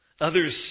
Others